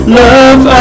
love